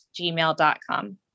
gmail.com